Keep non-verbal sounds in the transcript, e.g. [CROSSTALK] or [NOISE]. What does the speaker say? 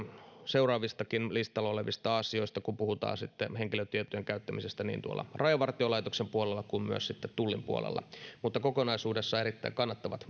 seuraavistakin listalla olevista asioista kun puhutaan henkilötietojen käyttämisestä niin tuolla rajavartiolaitoksen puolella kuin myös sitten tullin puolella kokonaisuudessaan erittäin kannatettavat [UNINTELLIGIBLE]